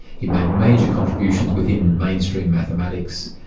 he made major contributions within mainstream mathematics.